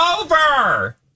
over